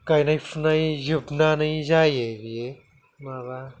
गायनाय फुनाय जोबनानै जायो बेयो माबा